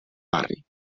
barri